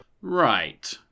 Right